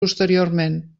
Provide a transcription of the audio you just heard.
posteriorment